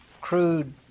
crude